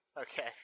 Okay